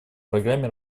программе